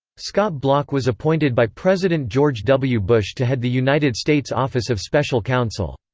scott bloch was appointed by president george w. bush to head the united states office of special counsel.